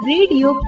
Radio